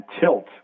tilt